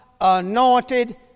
anointed